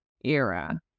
era